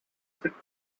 sixth